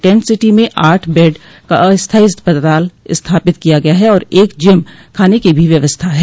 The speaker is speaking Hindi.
टेंट सिटी में आठ बेड का अस्थाई अस्पताल स्थापित किया गया है और एक जिम खाने की भी व्यवस्था है